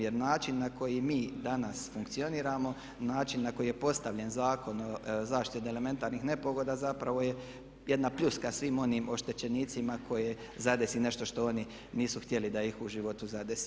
Jer način na koji mi danas funkcioniramo, način na koji je postavljen Zakon o zaštiti od elementarnih nepogoda zapravo je jedna pljuska svim onim oštećenicima koje zadesi nešto što oni nisu htjeli da ih u životu zadesi.